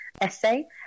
essay